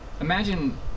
imagine